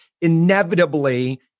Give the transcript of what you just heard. inevitably